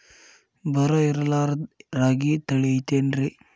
ಬರ ಇರಲಾರದ್ ರಾಗಿ ತಳಿ ಐತೇನ್ರಿ?